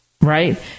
right